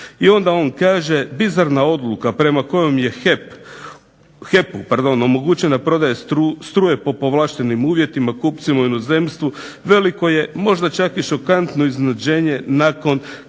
I onda on kaže: "Bizarna odluka prema kojoj je HEP-u omogućena prodaja struje prema povlaštenim uvjetima kupci u inozemstvu veliko je možda čak i šokantno iznenađenje nakon